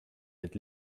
mit